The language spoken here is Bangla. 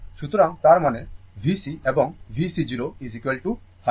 সুতরাং তার মানে VC এবং VC 0 100